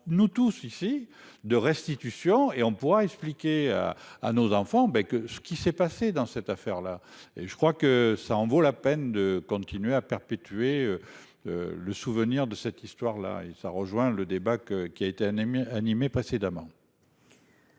nous tous ici, de restitution et on pourra expliquer à nos enfants mais que ce qui s'est passé dans cette affaire-là et je crois que ça en vaut la peine de continuer à perpétuer. Le souvenir de cette histoire là et ça rejoint le débat que qui a été anémie